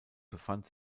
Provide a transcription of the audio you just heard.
befand